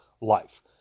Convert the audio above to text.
life